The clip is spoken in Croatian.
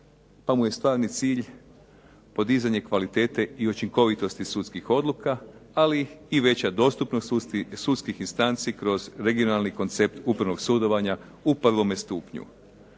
pa mu je stvarni cilj podizanje kvalitete i učinkovitosti sudskih odluka, ali i veća dostupnost sudskih instanci kroz regionalni koncept upravnog sudovanja u prvome stupnju.